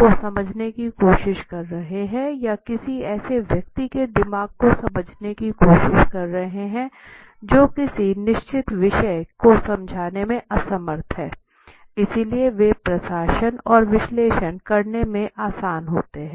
को समझने की कोशिश कर रहे हैं या किसी ऐसे व्यक्ति के दिमाग को समझने की कोशिश कर रहे हैं जो किसी निश्चित विषय को समझने में असमर्थ है इसलिए वे प्रशासन और विश्लेषण करने में आसान होते हैं